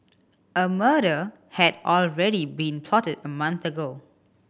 a murder had already been plotted a month ago